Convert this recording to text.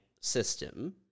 system